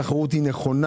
התחרות היא נכונה.